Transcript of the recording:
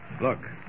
Look